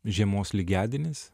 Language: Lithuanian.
žiemos lygiadienis